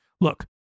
Look